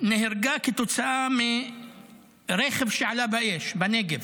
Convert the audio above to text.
נהרגה כתוצאה מרכב שעלה באש בנגב.